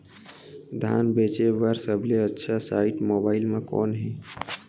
धान बेचे बर सबले अच्छा साइट मोबाइल म कोन हे?